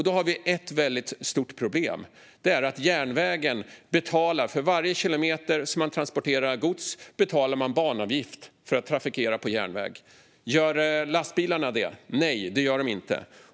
Då har vi ett väldigt stort problem, och det är att för varje kilometer som man transporterar gods på järnväg betalar man banavgift. Gör lastbilarna det? Nej, det gör de inte.